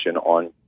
on